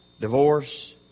Divorce